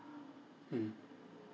mm